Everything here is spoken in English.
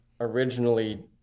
originally